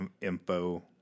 info